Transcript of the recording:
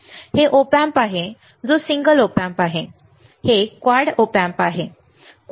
हे Op Amp आहे जे सिंगल Op Amp आहे हे एक क्वाड ऑप amp आहे